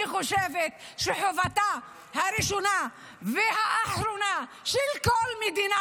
אני חושבת שחובתה הראשונה והאחרונה של כל מדינה